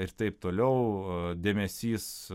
ir taip toliau dėmesys